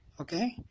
Okay